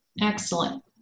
Excellent